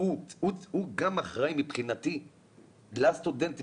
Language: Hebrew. הוא גם אחראי מבחינתי לסטודנטים